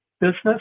business